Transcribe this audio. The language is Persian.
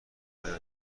آیا